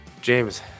James